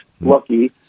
Lucky